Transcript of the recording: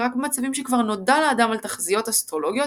ורק במצבים שכבר נודע לאדם על תחזיות אסטרולוגיות,